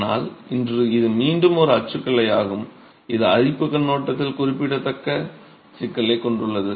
ஆனால் இன்று இது மீண்டும் ஒரு அச்சுக்கலை ஆகும் இது அரிப்பு கண்ணோட்டத்தில் குறிப்பிடத்தக்க சிக்கலைக் கொண்டுள்ளது